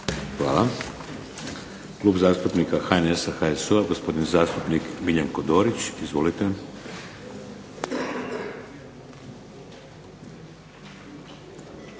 Hvala. Klub zastupnika HNS-a, HSU-a gospodin zastupnik Miljenko Dorić. Izvolite.